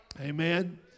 amen